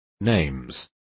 Names